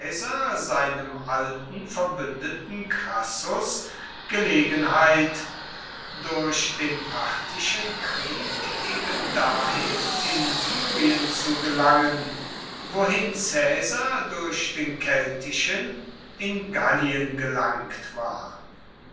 seinem alten verbündeten crassus gelegenheit durch den parthischen krieg ebendahin in syrien zu gelangen wohin caesar durch den keltischen in gallien gelangt war